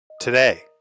today